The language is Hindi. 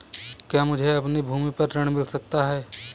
क्या मुझे अपनी भूमि पर ऋण मिल सकता है?